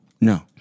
No